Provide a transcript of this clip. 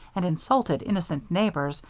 and insulted innocent neighbors,